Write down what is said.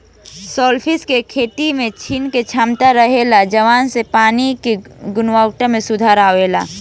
shellfish के खेती में छाने के क्षमता रहेला जवना से पानी के गुणवक्ता में सुधार अवेला